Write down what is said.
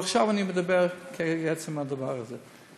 אבל עכשיו אני מדבר על עצם הדבר הזה.